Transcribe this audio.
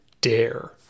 dare